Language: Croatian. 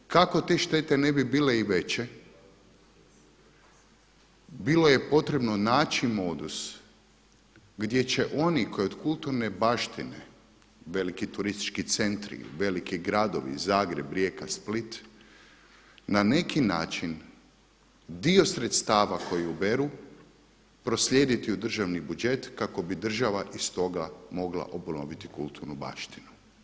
Kako te štete ne bi bile i veće bilo je potrebno naći modus gdje će oni koji od kulturne baštine veliki turistički centri, veliki gradovi Zagreb, Rijeka, Split na neki način dio sredstava koji uberu proslijediti u državni budžet kako bi država iz toga mogla obnoviti kulturnu baštinu.